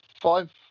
Five